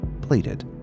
plated